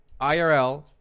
IRL